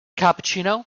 cappuccino